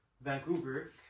Vancouver